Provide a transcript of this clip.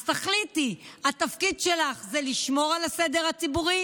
אז תחליטי: התפקיד שלך זה לשמור על הסדר הציבורי